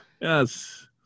Yes